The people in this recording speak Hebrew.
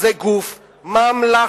זה גוף ממלכתי.